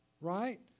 right